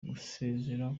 gusezera